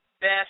Best